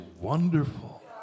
wonderful